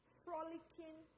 frolicking